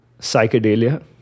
psychedelia